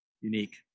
unique